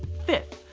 fifth.